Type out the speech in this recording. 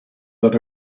that